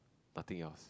nothing else